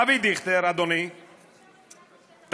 אבי דיכטר, אדוני, תקשיב: